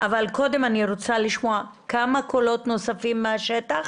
אבל קודם אני רוצה לשמוע כמה קולות נוספים מהשטח.